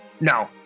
No